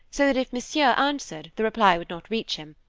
so that if monsieur answered, the reply would not reach him,